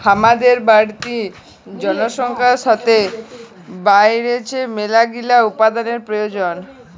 হামাদের বাড়তি জনসংখ্যার সাতে বাইড়ছে মেলাগিলা উপাদানের প্রয়োজন